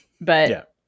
But-